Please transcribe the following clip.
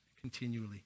continually